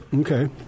Okay